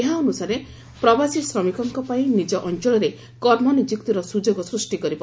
ଏହା ଅନୁସାରେ ପ୍ରବାସୀ ଶ୍ରମିକଙ୍କ ପାଇଁ ନିଜ ଅଞ୍ଞଳରେ କର୍ମନିଯୁକ୍ତିର ସୁଯୋଗ ସୃଷ୍ଟି କରିବ